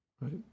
Right